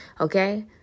Okay